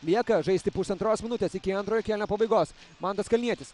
lieka žaisti pusantros minutės iki antrojo kėlinio pabaigos mantas kalnietis